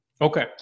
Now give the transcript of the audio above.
Okay